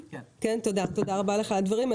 רבה לך על הדברים.